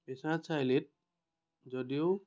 বিশ্বনাথ চাৰিআলিত যদিও